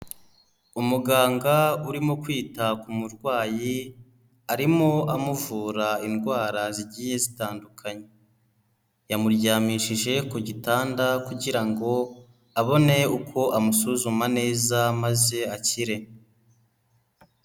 Umuganga urimo kwita ku murwayi, arimo amuvura indwara zigiye zitandukanye, yamuryamishije ku gitanda kugira ngo abone uko amusuzuma neza maze akire.